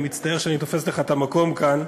אני מצטער שאני תופס לך את המקום כאן,